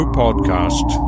podcast